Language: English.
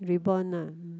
rebond lah